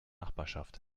nachbarschaft